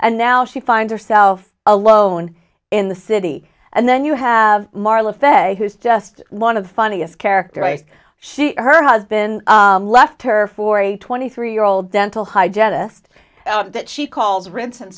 and now she finds herself alone in the city and then you have marla fed a who's just one of the funniest character as she her husband left her for a twenty three year old dental hygienist that she calls rinse and